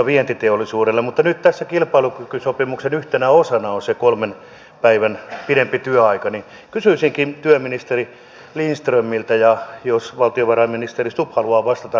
nyt kun tässä kilpailukykysopimuksen yhtenä osana on se kolme päivää pidempi työaika niin kysyisinkin työministeri lindströmiltä ja valtiovarainministeri stubbilta jos hän haluaa vastata